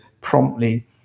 promptly